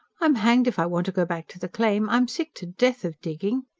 i'm hanged if i want to go back to the claim. i'm sick to death of digging.